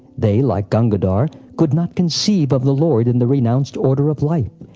they, like gangadhar, could not conceive of the lord in the renounced order of life,